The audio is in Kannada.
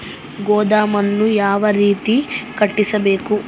ಗೋದಾಮನ್ನು ಯಾವ ರೇತಿ ಕಟ್ಟಿಸಬೇಕು?